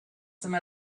some